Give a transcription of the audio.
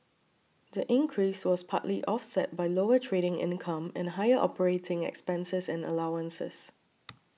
the increase was partly offset by lower trading income and higher operating expenses and allowances